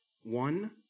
One